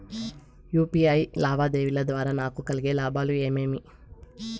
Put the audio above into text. UPI లావాదేవీల ద్వారా నాకు కలిగే లాభాలు ఏమేమీ?